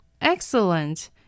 Excellent